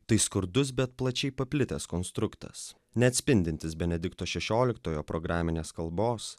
tai skurdus bet plačiai paplitęs konstruktas neatspindintis benedikto šešioliktojo programinės kalbos